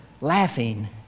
laughing